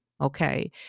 Okay